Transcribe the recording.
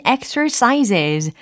Exercises